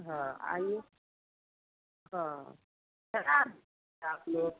हँ आइए हाँ आप लोग